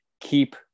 keep